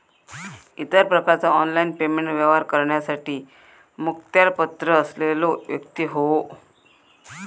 इतर प्रकारचा online payment व्यवहार करण्यासाठी मुखत्यारपत्र असलेलो व्यक्ती होवो